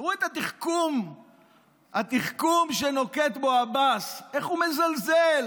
תראו את התחכום שנוקט עבאס, איך הוא מזלזל